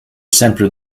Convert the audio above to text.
simple